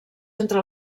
entre